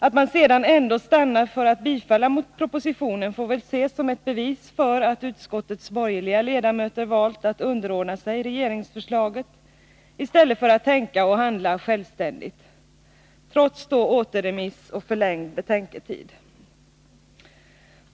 Att man sedan stannar för att bifalla propositionen får väl ses som ett bevis för att utskottets borgerliga ledamöter valt att underordna sig regeringsförslaget i stället för att tänka och handla självständigt — trots återremiss och förlängd betänketid.